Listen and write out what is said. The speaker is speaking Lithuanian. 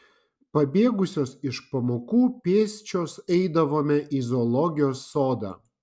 pabėgusios iš pamokų pėsčios eidavome į zoologijos sodą